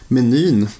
Menyn